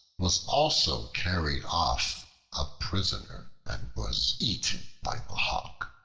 was also carried off a prisoner, and was eaten by the hawk.